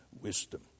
wisdom